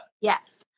Yes